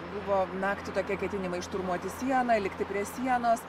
buvo naktį tokie ketinimai šturmuoti sieną likti prie sienos